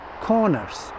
corners